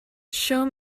show